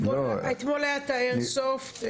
אתמול היה איירסופט.